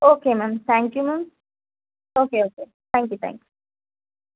okay ma'am thank you ma'am okay okay thank you thank you